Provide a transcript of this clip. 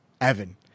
Evan